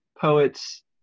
poets